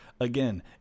Again